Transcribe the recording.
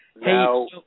Now